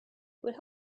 would